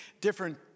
different